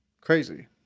Crazy